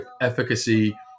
efficacy